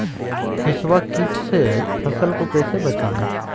हिसबा किट से फसल को कैसे बचाए?